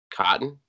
cotton